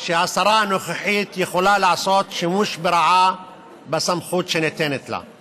שהשרה הנוכחית יכולה לעשות שימוש לרעה בסמכות שניתנת לה.